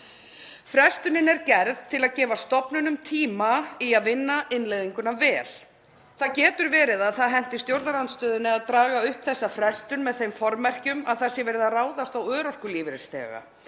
Frestunin er gerð til að gefa stofnunum tíma til að vinna innleiðinguna vel. Það getur verið að það henti stjórnarandstöðunni að draga upp þessa frestun með þeim formerkjum að verið sé að ráðast á örorkulífeyrisþega